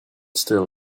still